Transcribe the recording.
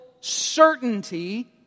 certainty